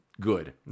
good